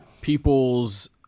people's